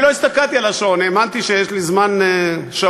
לא הסתכלתי על השעון, האמנתי שיש לי זמן שאול,